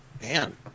Man